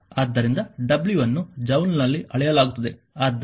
ಆದ್ದರಿಂದ w ಅನ್ನು ಜೌಲ್ನಲ್ಲಿ ಅಳೆಯಲಾಗುತ್ತದೆ